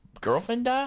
girlfriend